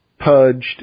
purged